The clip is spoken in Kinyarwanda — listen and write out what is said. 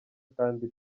kandi